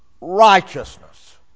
righteousness